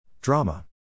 Drama